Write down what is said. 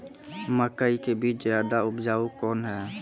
मकई के बीज ज्यादा उपजाऊ कौन है?